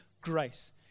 grace